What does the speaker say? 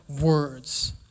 words